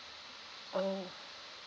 oh